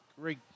Great